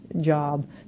job